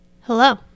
Hello